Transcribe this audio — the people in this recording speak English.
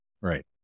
Right